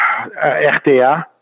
RTA